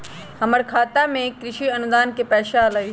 हमर खाता में कृषि अनुदान के पैसा अलई?